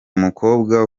mukobwa